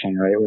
right